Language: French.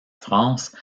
france